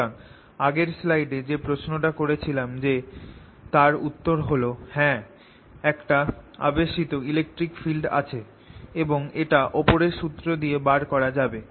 সুতরাং আগের স্লাইডে যেই প্রশ্নটা করেছিলাম যে তার উত্তর হল - হ্যাঁ একটা আবেশিত ইলেকট্রিক ফিল্ড আছে এবং এটা ওপরের সুত্র দিয়ে বার করা যাবে